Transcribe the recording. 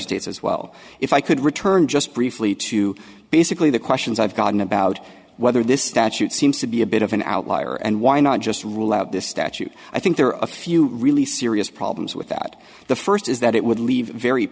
states as well if i could return just briefly to basically the questions i've gotten about whether this statute seems to be a bit of an outlier and why not just rule out this statute i think there are a few really serious problems with that the first is that it would leave very